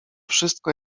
wszystko